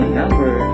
number